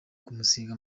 kumusiga